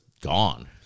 gone